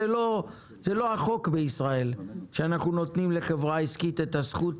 זה לא החוק בישראל שאנחנו נותנים לחברה עסקית את הזכות